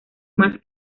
más